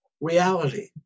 reality